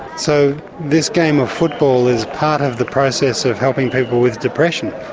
so this game of football is part of the process of helping people with depression.